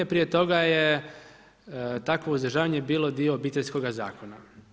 Prije toga je takvo uzdržavanje bio dio Obiteljskoga zakona.